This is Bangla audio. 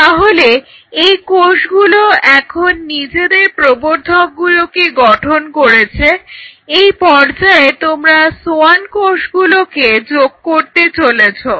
তাহলে এই কোষগুলো এখন নিজেদের প্রবর্ধকগুলোকে গঠন করেছে এই পর্যায়ে তোমরা সোয়ান কোষগুলোকে যোগ করতে চলেছ